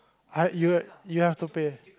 !huh! you you have to pay